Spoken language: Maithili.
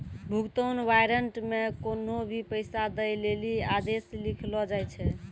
भुगतान वारन्ट मे कोन्हो भी पैसा दै लेली आदेश लिखलो जाय छै